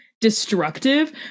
destructive